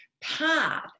path